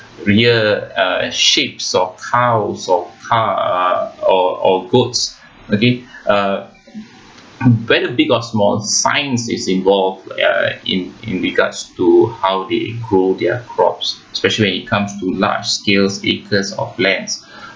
rear uh sheep or cows or uh or or goats okay uh whether big or small science ya is involved in in regards to how they grow their crops especially when it comes to large skills acres of lands